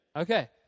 okay